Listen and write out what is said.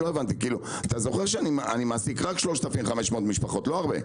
אני מעסיק רק כ-3,500 משפחות, לא הרבה,